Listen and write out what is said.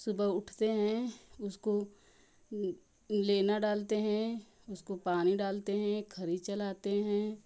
सुबह उठते हैं उसको लेना डालते हैं उसको पानी डालते हैं खरि चराते हैं